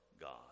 God